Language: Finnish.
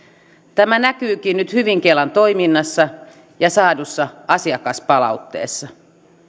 tämä näkyykin nyt hyvin kelan toiminnassa ja saadussa asiakaspalautteessa